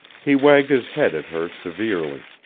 he wagged his head at her severely.